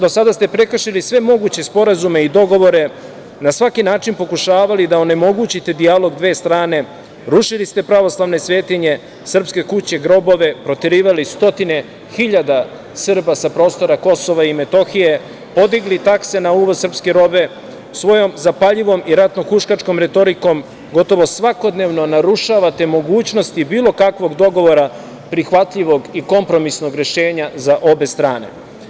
Do sada ste prekršili sve moguće sporazume i dogovore, na svaki način pokušavali da onemogućite dijalog dve strane, rušili ste pravoslavne svetinje, srpske kuće, grobove, proterivali stotine hiljada Srba sa prostora KiM, podigli takse na uvoz srpske robe, svojom zapaljivom i ratno huškačkom retorikom, gotovo svakodnevno narušavate mogućnosti bilo kakvog dogovora prihvatljivog i kompromisnog rešenja za obe strane.